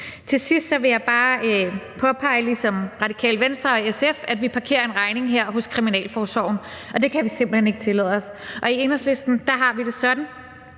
ligesom Radikale Venstre og SF – at vi her parkerer en regning hos kriminalforsorgen, og det kan vi simpelt hen ikke tillade os. Og i Enhedslisten har vi det sådan,